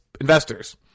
investors